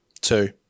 Two